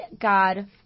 God